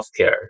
healthcare